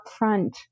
upfront